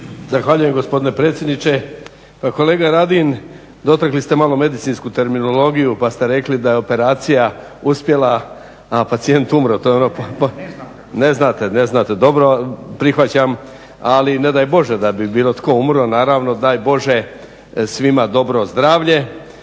Zahvaljujem gospodine predsjedniče. Pa kolega Radin dotakli ste malo medicinsku terminologiju pa ste rekli da je operacija uspjela, a pacijent umro. To je ono … /Upadica se ne razumije./… Ne znate, dobro prihvaćam. Ali ne daj Bože da bi bilo tko umro, naravno. Daj Bože svima dobro zdravlje